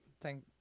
Thank